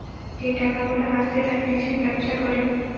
যেই টাকা গুলা আসতে থাকতিছে ব্যবসা করে